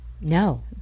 No